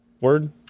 word